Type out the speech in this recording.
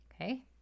Okay